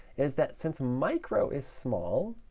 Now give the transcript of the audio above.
is that since micro is small,